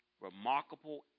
remarkable